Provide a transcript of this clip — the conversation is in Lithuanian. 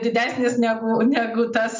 didesnis negu negu tas